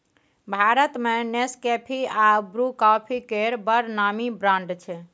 भारत मे नेसकेफी आ Bru coffee केर बड़ नामी ब्रांड छै